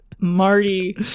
marty